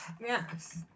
Yes